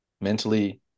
mentally